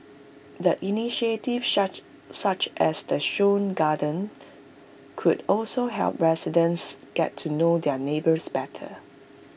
the initiatives such such as the show gardens could also help residents get to know their neighbours better